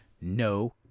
No